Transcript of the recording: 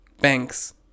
banks